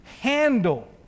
handle